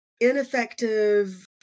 ineffective